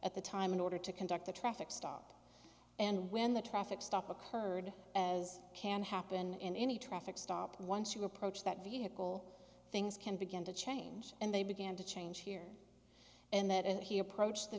at the time in order to conduct a traffic stop and when the traffic stop occurred as can happen in any traffic stop once you approach that vehicle things can begin to change and they began to change here and that he approached the